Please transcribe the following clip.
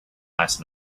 last